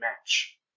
match